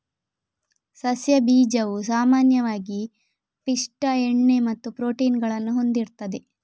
ಸಸ್ಯ ಬೀಜವು ಸಾಮಾನ್ಯವಾಗಿ ಪಿಷ್ಟ, ಎಣ್ಣೆ ಮತ್ತು ಪ್ರೋಟೀನ್ ಗಳನ್ನ ಹೊಂದಿರ್ತದೆ